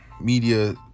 media